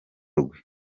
rwe